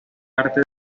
arte